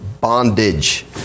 bondage